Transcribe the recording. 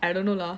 I don't know lah